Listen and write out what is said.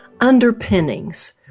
underpinnings